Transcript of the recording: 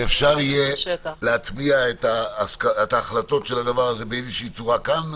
אפשר יהיה להטמיע את ההחלטות של הדבר הזה באיזושהי צורה כאן?